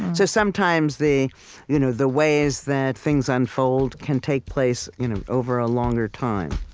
so sometimes the you know the ways that things unfold can take place you know over a longer time